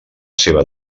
seva